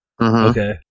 Okay